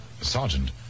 Sergeant